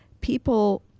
people